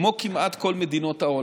כמו כמעט כל מדינות העולם.